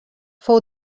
fou